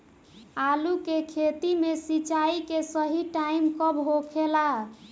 आलू के खेती मे सिंचाई के सही टाइम कब होखे ला?